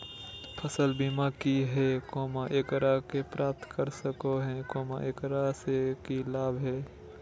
फसल बीमा की है, एकरा के प्राप्त कर सको है, एकरा से की लाभ है?